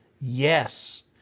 Yes